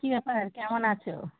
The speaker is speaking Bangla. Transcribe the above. কী ব্যাপার কেমন আছো